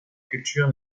culture